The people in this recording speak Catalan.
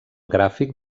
gràfic